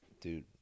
dude